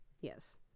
Yes